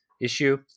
issue